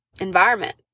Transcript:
environment